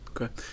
okay